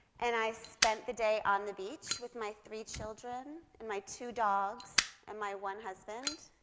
and i spent the day on the beach with my three children, and my two dogs, and my one husband